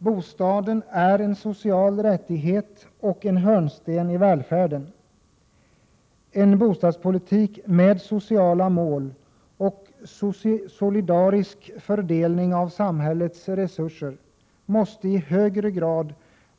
Bostaden är en social rättighet och en hörnsten i välfärden. En bostadspolitik med sociala mål och solidarisk fördelning av samhällets resurser måste i högre grad